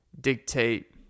dictate